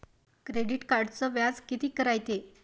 Credit कार्डचं व्याज कितीक रायते?